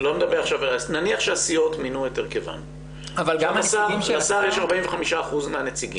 נניח שהסיעות מינו את הרכבן, לשר יש 45% מהנציגים.